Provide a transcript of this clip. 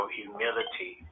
humility